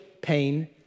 pain